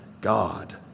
God